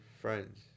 Friends